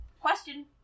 Question